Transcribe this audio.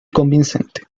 convincente